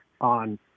on